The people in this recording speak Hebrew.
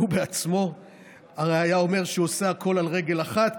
הוא בעצמו הרי היה אומר שהוא עושה הכול על רגל אחת,